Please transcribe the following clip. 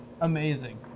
amazing